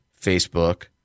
Facebook